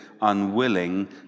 unwilling